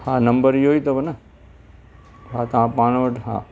हा नम्बर इहो ई अथव न हा तव्हां पाण वटि हा